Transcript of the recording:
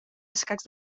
escacs